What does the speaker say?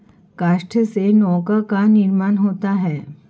काष्ठ से नौका का निर्माण होता है